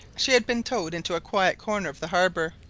she had been towed into a quiet corner of the harbour,